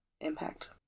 impact